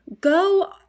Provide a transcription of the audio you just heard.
Go